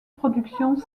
productions